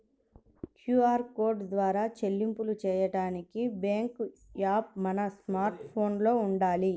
QR code ద్వారా చెల్లింపులు చెయ్యడానికి బ్యేంకు యాప్ మన స్మార్ట్ ఫోన్లో వుండాలి